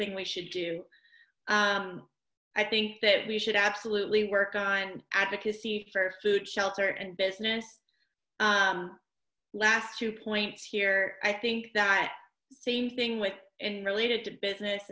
thing we should do i think that we should absolutely work on advocacy for food shelter and business last two points here i think that same thing within related to business